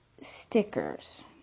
stickers